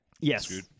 Yes